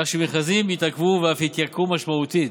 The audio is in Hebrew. כך שמכרזים יתעכבו ואף יתייקרו משמעותית.